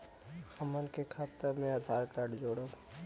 हमन के खाता मे आधार कार्ड जोड़ब?